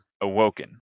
awoken